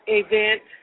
event